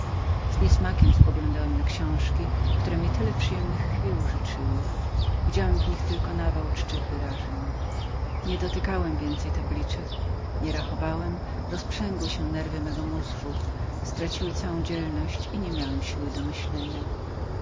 z niesmakiem poglądałem na książki które mi tyle przyjemnych chwil użyczyły widziałem w nich tylko nawał czczych wyrażeń nie dotykałem więcej tabliczek nie rachowałem rozprzęgły się nerwy mego mózgu straciły całą dzielność i nie miałem siły do myślenia